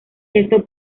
esto